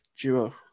duo